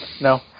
no